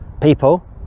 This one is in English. people